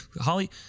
Holly